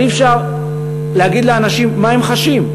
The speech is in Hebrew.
אבל אי-אפשר להגיד לאנשים מה הם חשים.